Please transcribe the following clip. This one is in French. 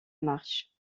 marche